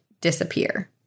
Disappear